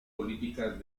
políticas